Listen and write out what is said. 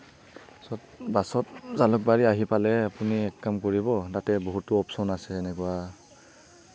বাছত জালুকবাৰী আহি পালে আপুনি এক কাম কৰিব তাতে বহুতো অপচন আছে এনেকুৱা